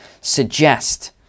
suggest